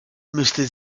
müsste